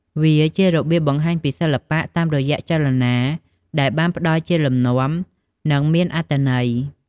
វាជារបៀបបង្ហាញពីសិល្បៈតាមរយៈចលនាដែលបានផ្តល់ជាលំនាំ និងមានអត្ថន័យ។